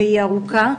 והיא ארוכה,